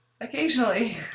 occasionally